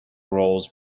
roles